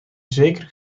zeker